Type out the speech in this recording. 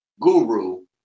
Guru